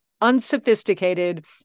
unsophisticated